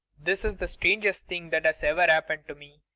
this is the strangest thing that has ever happened to me.